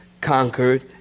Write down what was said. conquered